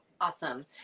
awesome